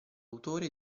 autore